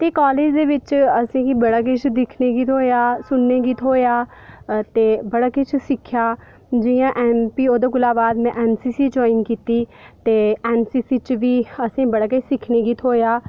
ते काॅलेज दे बिच असेंगी बड़ा किश दिक्खने गी थ्होआ सुनने गी थ्होआ हा ते बड़ा किश सिक्खेआ गी जि'यां एन पी ओह्दे कोला बाद मे एन सी सी जाॅइन कीती ते एन सी सी च बी बड़ा किश सिक्खने गी थहोआ